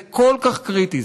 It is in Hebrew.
זה כל כך קריטי,